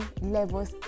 levels